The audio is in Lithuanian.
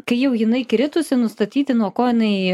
kai jau jinai kritusi nustatyti nuo ko jinai